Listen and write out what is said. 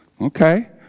Okay